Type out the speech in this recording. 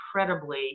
incredibly